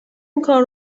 اینکار